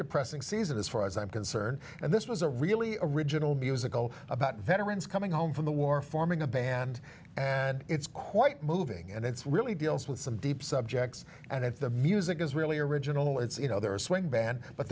depressing season as far as i'm concerned and this was a really original musical about veterans coming home from the war forming a band and it's quite moving and it's really deals with some deep subjects and at the music is really original it's you know there are swing band but